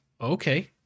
Okay